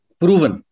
proven